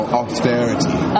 austerity